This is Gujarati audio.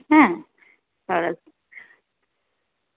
હે સરસ